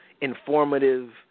informative